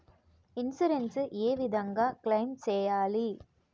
Insurance ఏ విధంగా claim సేయాలి?